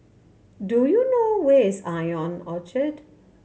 do you know where is Ion Orchard